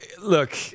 Look